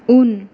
उन